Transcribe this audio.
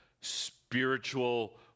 spiritual